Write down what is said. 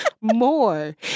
More